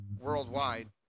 worldwide